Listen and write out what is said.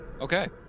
Okay